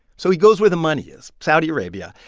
so he goes where the money is, saudi arabia.